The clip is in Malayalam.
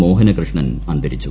മോഹനകൃഷ്ണൻ അന്തരിച്ചു